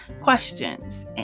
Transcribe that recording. questions